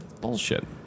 Bullshit